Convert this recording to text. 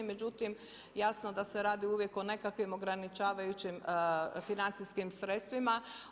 Međutim, jasno da se radi uvijek o nekakvim ograničavajućim financijskim sredstvima.